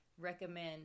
recommend